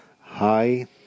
hi